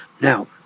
Now